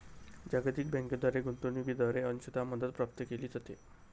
जागतिक बँकेद्वारे गुंतवणूकीद्वारे अंशतः मदत प्राप्त केली जाते